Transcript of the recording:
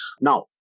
Now